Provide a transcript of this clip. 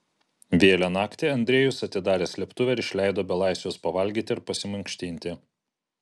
vėlią naktį andrejus atidarė slėptuvę ir išleido belaisvius pavalgyti ir pasimankštinti